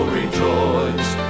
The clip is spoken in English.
rejoice